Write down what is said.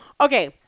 Okay